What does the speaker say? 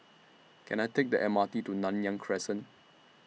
Can I Take The M R T to Nanyang Crescent